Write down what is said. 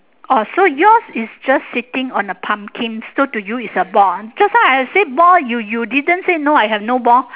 orh so yours is just sitting on a pumpkin so to you it's a ball just now I say ball you you didn't say no I have no ball